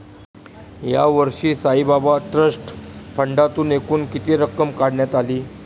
यावर्षी साईबाबा ट्रस्ट फंडातून एकूण किती रक्कम काढण्यात आली?